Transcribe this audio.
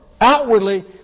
Outwardly